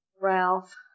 Ralph